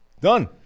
Done